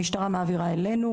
המשטרה מעבירה אלינו,